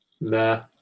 Nah